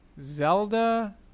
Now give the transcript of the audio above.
Zelda